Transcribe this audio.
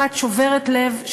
אחת שוברת לב,